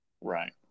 Right